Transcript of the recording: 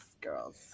girls